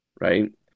right